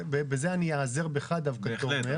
בזה אני איעזר בך דווקא תומר.